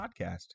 podcast